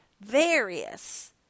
various